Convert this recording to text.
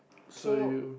so